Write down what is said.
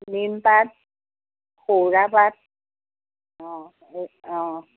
নিম পাত সৌৰা পাত অ এই অ